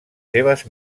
seves